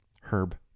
Herb